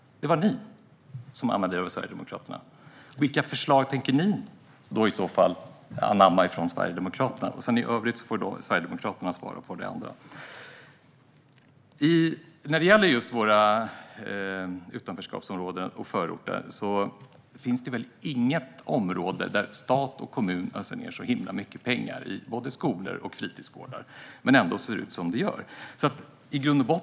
Det var ni som använde er av Sverigedemokraterna. Vilka förslag tänker ni i så fall anamma från Sverigedemokraterna? Övrigt får Sverigedemokraterna svara på. Det finns väl inget område där stat och kommun öser ned så himla mycket pengar som i skolor och fritidsgårdar i våra utanförskapsområden och förorter. Ändå ser det ut som det gör.